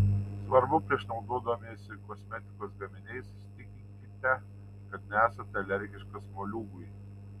svarbu prieš naudodamiesi kosmetikos gaminiais įsitikinkite kad nesate alergiškas moliūgui